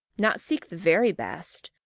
not seek the very best,